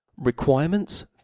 Requirements